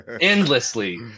endlessly